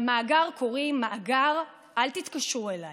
למאגר קוראים מאגר "אל תתקשרו אליי".